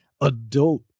adult